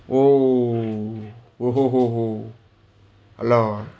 orh oh [ho] [ho] [ho] !alah!